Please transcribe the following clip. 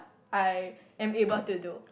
I am able to do